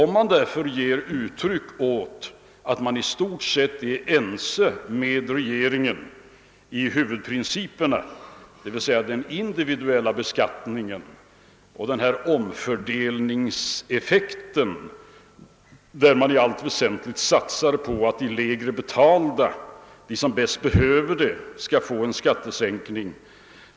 Man säger sig i stort sett vara enig i fråga om huvudprinciperna — d.v.s. beträffande den individuella beskattningen och omfördelningseffekten -— som går ut på att vi i allt väsentligt satsar på att de lägst betalda som är mest behövande skall få en skattesänkning.